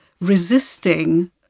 resisting